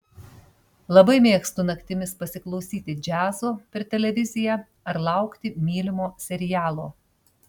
labai mėgstu naktimis pasiklausyti džiazo per televiziją ar laukti mylimo serialo